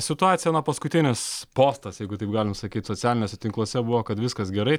situacija na paskutinis postas jeigu taip galima sakyt socialiniuose tinkluose buvo kad viskas gerai